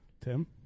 Tim